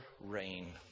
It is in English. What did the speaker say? rain